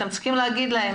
אתם צריכים להעביר להם